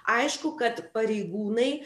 aišku kad pareigūnai